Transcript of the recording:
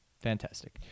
Fantastic